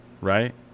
right